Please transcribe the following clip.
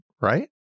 right